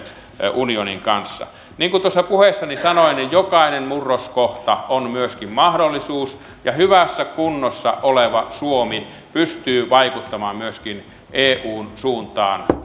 unionin kanssa niin kuin tuossa puheessani sanoin jokainen murroskohta on myöskin mahdollisuus ja hyvässä kunnossa oleva suomi pystyy vaikuttamaan myöskin eun suuntaan